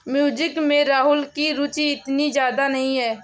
music में राहुल की रुचि इतनी ज्यादा नहीं है